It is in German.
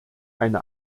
eine